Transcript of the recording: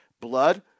blood